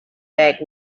back